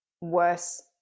worse